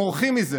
בורחים מזה.